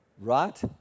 right